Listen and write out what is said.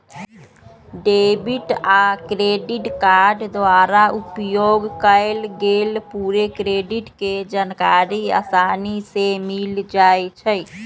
debit आ credit card द्वारा उपयोग कएल गेल पूरे क्रेडिट के जानकारी असानी से मिल जाइ छइ